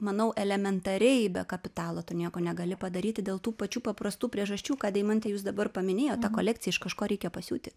manau elementariai be kapitalo tu nieko negali padaryti dėl tų pačių paprastų priežasčių ką deimante jūs dabar paminėjot tą kolekciją iš kažko reikia pasiūti